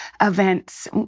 events